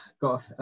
Got